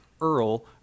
Earl